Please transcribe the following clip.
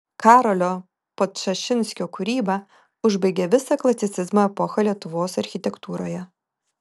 karolio podčašinskio kūryba užbaigė visą klasicizmo epochą lietuvos architektūroje